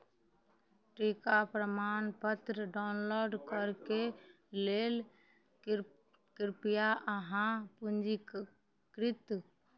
टीका प्रमाणपत्र डाउनलोड करैके लेल कृप कृपया अहाँ पञ्जीकृत